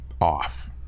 off